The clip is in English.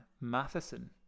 Matheson